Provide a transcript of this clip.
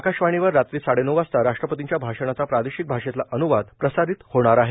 आकाशवाणीवर रात्री साडेनऊ वाजता राष्ट्रपतींच्या भाषणाचा प्रादेशिक भाषेतला अन्वाद प्रसारित होणार आहे